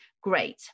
Great